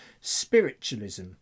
Spiritualism